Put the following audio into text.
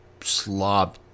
slob